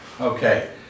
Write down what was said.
okay